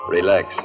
Relax